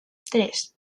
tres